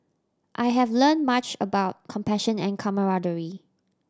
I have learned much about compassion and camaraderie